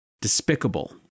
Despicable